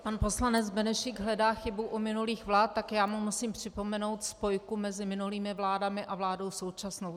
Pan poslanec Benešík hledá chybu u minulých vlád, tak já mu musím připomenout spojku mezi minulými vládami a vládou současnou.